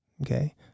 okay